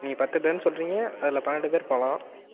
நீங்கள் பத்து பேர்ன்னு சொல்லுறிங்க அதில் பண்ணெண்டு பேர் போகலாம்